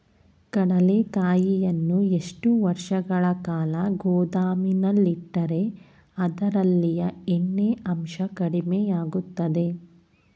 ಕಡ್ಲೆಕಾಯಿಯನ್ನು ಎಷ್ಟು ವರ್ಷಗಳ ಕಾಲ ಗೋದಾಮಿನಲ್ಲಿಟ್ಟರೆ ಅದರಲ್ಲಿಯ ಎಣ್ಣೆ ಅಂಶ ಕಡಿಮೆ ಆಗುತ್ತದೆ?